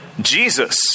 Jesus